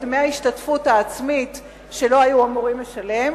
דמי ההשתתפות העצמית שהם לא היו אמורים לשלם.